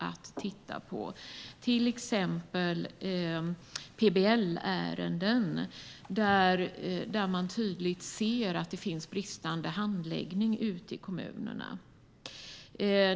Det gäller till exempel PBL-ärenden där man tydligt ser att det finns bristande handläggning i kommunerna.